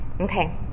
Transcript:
Okay